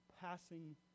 passing